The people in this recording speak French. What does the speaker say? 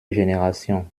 générations